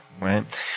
right